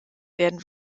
werden